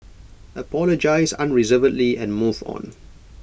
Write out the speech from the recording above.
apologise unreservedly and move on